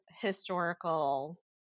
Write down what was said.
historical